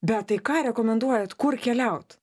bet tai ką rekomenduojat kur keliaut